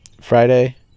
Friday